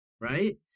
right